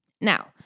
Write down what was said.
Now